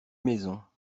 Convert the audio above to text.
maisons